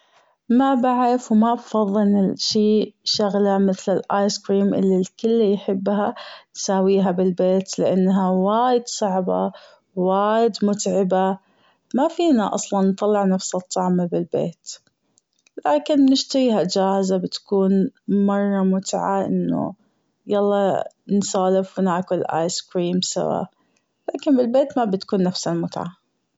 مابعرف وما بفظل شي شغلة مثل الأيس كريم اللي الكل يحبها ساويها بالبيت لأنها وايد صعبة و وايد متعبة مافينا أصلا نطلع نفس الطعم بالبيت لكن اشتيها جاهزة بتكون مرة متعه أنه يالا نتسولف وناكل أيس كريم سوا لكن بالبيت مابتكون نفس المتعة.